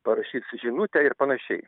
parašys žinutę ir panašiai